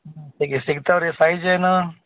ಸಿಗ್ ಸಿಗ್ತಾವ ರೀ ಸೈಝ್ ಏನು